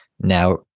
now